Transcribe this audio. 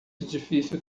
edifício